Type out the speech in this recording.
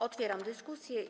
Otwieram dyskusję.